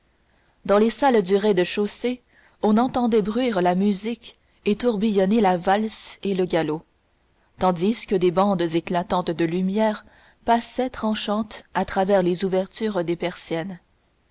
dans les salles du rez-de-chaussée on entendait bruire la musique et tourbillonner la valse et le galop tandis que des bandes éclatantes de lumière passaient tranchantes à travers les ouvertures des persiennes